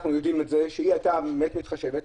ואנחנו יודעים שהיא הייתה באמת מתחשבת,